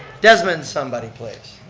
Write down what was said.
desmond somebody, please.